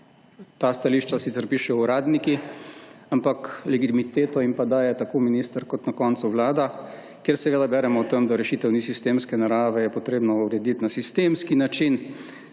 ta stališča sicer pišejo uradniki, ampak legitimiteto jim pa daje tako minister, kot na koncu vlada, kjer seveda beremo o tem, da rešitev ni sistemske narave je potrebno urediti na sistemski način,